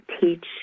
teach